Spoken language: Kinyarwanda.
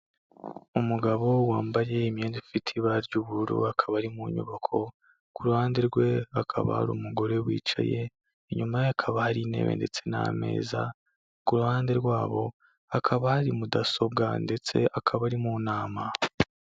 Umugabo wambaye imyenda ifite ibara ry'ubururu akaba ari mu nyubako ku ruhande rwe hakaba hari umugore wicaye, inyuma ye hakaba hari intebe ndetse n'ameza, ku ruhande rwabo hakaba hari mudasobwa ndetse akaba ari mu nama.